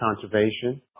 conservation